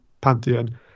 pantheon